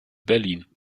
berlin